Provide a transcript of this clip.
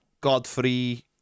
godfrey